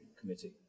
Committee